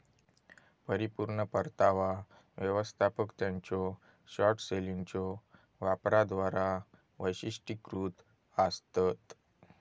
परिपूर्ण परतावा व्यवस्थापक त्यांच्यो शॉर्ट सेलिंगच्यो वापराद्वारा वैशिष्ट्यीकृत आसतत